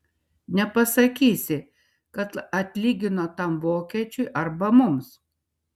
nepasakysi kad atlygino tam vokiečiui arba mums